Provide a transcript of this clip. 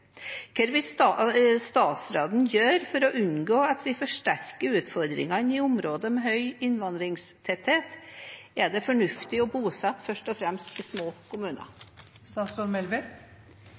Hva vil statsråden gjøre for å unngå at vi forsterker utfordringene i områder med høy innvandringstetthet? Er det fornuftig å bosette først og fremst i små